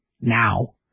now